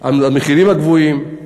המחירים הגבוהים.